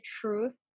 truth